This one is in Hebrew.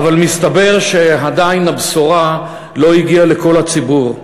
אבל מסתבר שעדיין הבשורה לא הגיעה לכל הציבור.